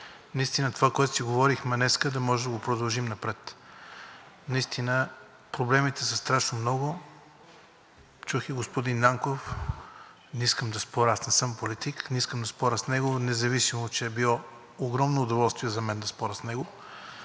наистина това, което си говорихме днес, да можем да го продължим напред. Проблемите са страшно много. Чух и господин Нанков, не искам да споря, аз не съм политик, не искам да споря с него, независимо че е било огромно удоволствие за мен да споря с него,